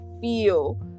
feel